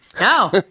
No